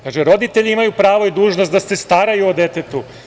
Kaže – roditelji imaju pravo i dužnost da se staraju o detetu.